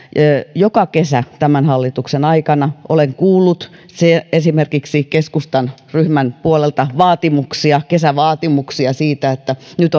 joka kesä tämän hallituksen aikana olen kuullut esimerkiksi keskustan ryhmän puolelta vaatimuksia kesävaatimuksia siitä että nyt